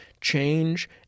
change